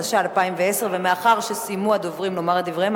התשע"א 2010. ומאחר שסיימו הדוברים לומר את דבריהם,